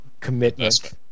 commitment